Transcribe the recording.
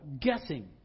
guessing